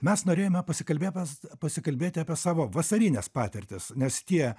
mes norėjome pasikalbėt pas pasikalbėti apie savo vasarines patirtis nes tie